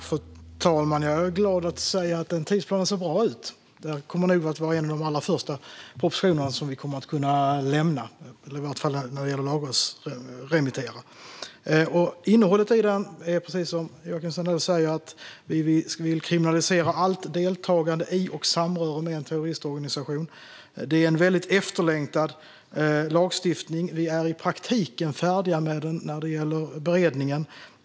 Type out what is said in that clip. Fru talman! Jag är glad att kunna säga att tidsplanen ser bra ut. Det här kommer nog att vara en av de allra första propositioner som regeringen kommer att kunna lämna, i alla fall när det gäller att lagrådsremittera. Innehållet handlar, precis som Joakim Sandell säger, om att vi vill kriminalisera allt deltagande i och samröre med en terroristorganisation. Det är en efterlängtad lagstiftning, och vi är i praktiken färdiga med den när det gäller beredningen.